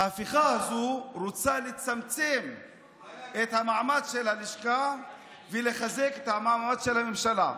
ההפיכה הזו רוצה לצמצם את המעמד של הלשכה ולחזק את המעמד של הממשלה.